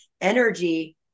energy